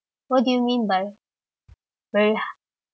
what do you mean by very hard